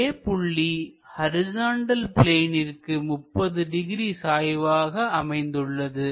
A புள்ளி horizontal பிளேனிற்கு 30 degree சாய்வாக அமைந்துள்ளது